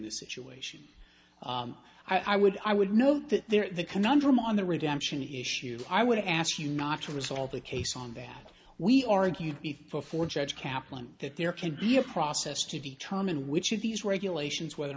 this situation i would i would note that they're the conundrum on the redemption issue i would ask you not to resolve the case on that we argued before for judge kaplan that there could be a process to determine which of these regulations whether or